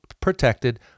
protected